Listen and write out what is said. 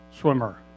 swimmer